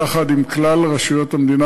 יחד עם כלל רשויות המדינה,